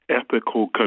ethical